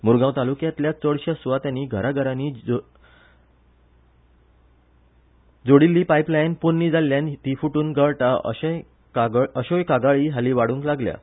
मुरगांव तालुक्यांतल्या चडशा सुवातांनी घराघरांनी जोडिल्ली पायपलायन पोरणी जाल्ल्यान ती फुटून गणटा अश्योय कागाळी हालीं वाडूंक लागल्यात